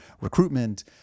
recruitment